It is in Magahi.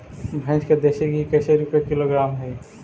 भैंस के देसी घी कैसे रूपये किलोग्राम हई?